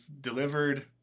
delivered